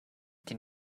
can